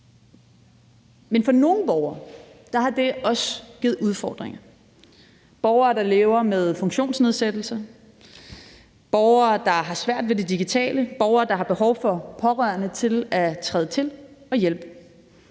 Men for nogle borgere har det også givet udfordringer. Det er borgere, der lever med funktionsnedsættelser, borgere, der har svært ved det digitale, og borgere, der har behov for pårørende til at træde til og hjælpe.